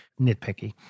nitpicky